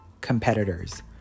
competitors